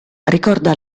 ricorda